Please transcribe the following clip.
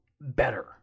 better